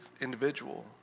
individual